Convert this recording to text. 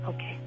Okay